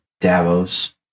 Davos